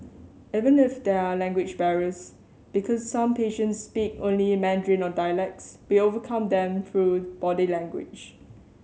even if there are language barriers because some patients speak only Mandarin or dialects we overcome them through body language